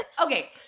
Okay